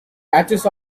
patches